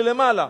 שיוביל למעלה.